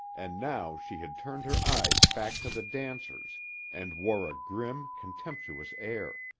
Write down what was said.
and now she had turned her eyes back to the dancers and wore a grim, contemptuous air.